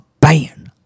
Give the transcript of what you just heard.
ban